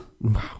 Wow